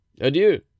Adieu